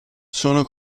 sono